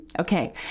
okay